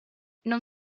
non